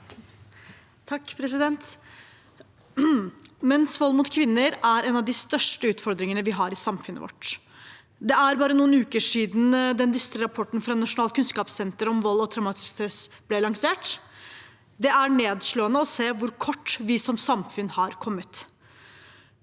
Menns vold mot kvin- ner er en av de største utfordringene vi har i samfunnet vårt. Det er bare noen uker siden den dystre rapporten fra Nasjonalt kunnskapssenter om vold og traumatisk stress ble lansert. Det er nedslående å se hvor kort vi som samfunn har kommet.